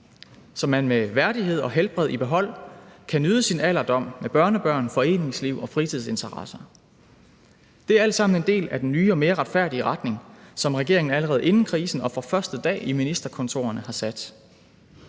så man med værdighed og helbredet i behold kan nyde sin alderdom med børnebørn, foreningsliv og fritidsinteresser. Det er alt sammen en del af den nye og mere retfærdige retning, som regeringen allerede inden krisen og fra første dag i ministerkontorerne har sat,